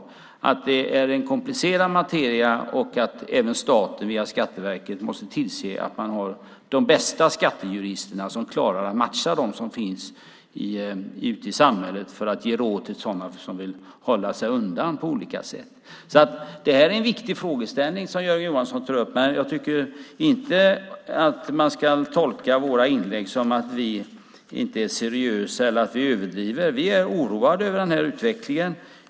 Det är en komplicerad materia, och även staten via Skatteverket måste tillse att man har de bästa skattejuristerna som klarar att matcha dem som finns ute i samhället för att ge råd till sådana som vill hålla sig undan på olika sätt. Det är en viktig frågeställning som Jörgen Johansson tar upp, men jag tycker inte att man ska tolka våra inlägg som att vi inte är seriösa eller att vi överdriver. Vi är oroade över den här utvecklingen.